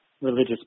religious